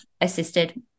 assisted